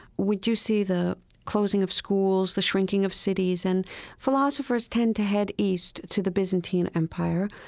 we do see the closing of schools, the shrinking of cities, and philosophers tend to head east to the byzantine empire,